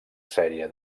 sèrie